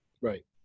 Right